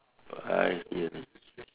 oh I see